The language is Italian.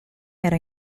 era